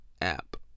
app